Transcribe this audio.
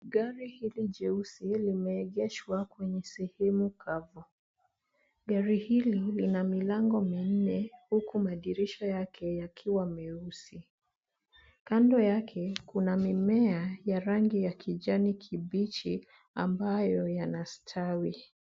Gari hili jeusi limeegeshwa kwenye sehemu kavu. Gari hili lina milango minne huku madirisha yake yakiwa meusi, kando yake kuna mimea ya rangi ya kijani kibichi ambayo yanastawi.